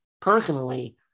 personally